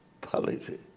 policy